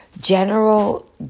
general